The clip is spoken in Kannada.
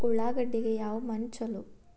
ಉಳ್ಳಾಗಡ್ಡಿಗೆ ಯಾವ ಮಣ್ಣು ಛಲೋ?